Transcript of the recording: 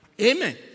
Amen